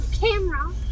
camera